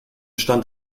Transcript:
stand